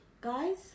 Guys